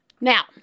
Now